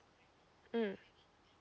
mm